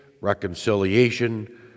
reconciliation